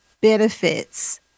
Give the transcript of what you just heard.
benefits